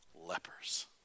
lepers